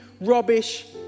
rubbish